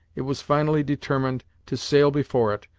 it was finally determined to sail before it,